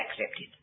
accepted